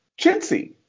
chintzy